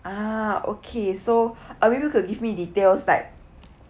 ah okay so uh maybe you could give me details like